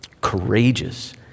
courageous